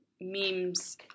memes